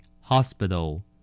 Hospital